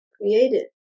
created